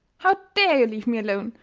how dare you leave me alone?